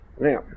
Now